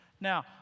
Now